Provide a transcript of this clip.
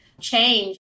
change